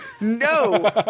no